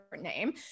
name